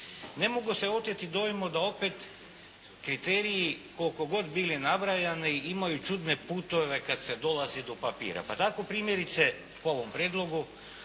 ne mogu se oteti dojmu da opet kriteriji koliko god bili nabrajani imaju čudne putove kada se dolazi do papira. Pa tako primjerice po ovom prijedlogu